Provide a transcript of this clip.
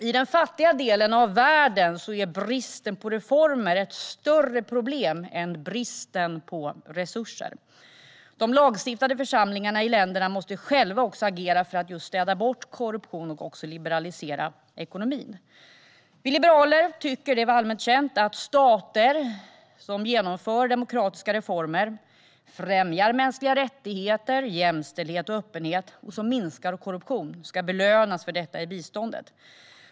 I den fattiga delen av världen är bristen på reformer ett större problem än bristen på resurser. De lagstiftande församlingarna i länderna måste själva agera för att städa bort korruption och liberalisera ekonomin. Det är allmänt känt att vi liberaler tycker att stater som genomför demokratiska reformer, främjar mänskliga rättigheter, jämställdhet och öppenhet samt minskar korruption ska belönas för detta i biståndet.